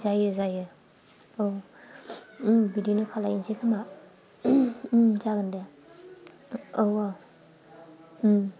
जायो जायो औ बिदिनो खालामसै खोमा जागोन दे औ औ